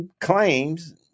claims